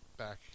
Back